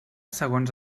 segons